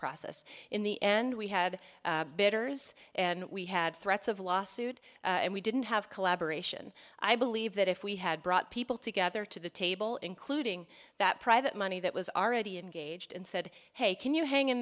process in the end we had bidders and we had threats of lawsuit and we didn't have collaboration i believe that if we had brought people together to the table including that private money that was already engaged and said hey can you hang in